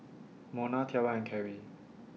Mona Tiara and Kerry